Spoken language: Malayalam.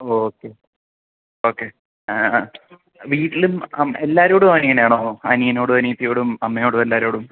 ഓക്കെ ഓക്കെ ആ വീട്ടിലും എല്ലാവരോടും അവനിങ്ങനെയാണോ അനിയനോടും അനിയത്തിയോടും അമ്മയോടും എല്ലാവരോടും